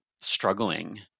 struggling